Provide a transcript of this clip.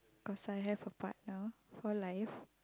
cause I have a partner for life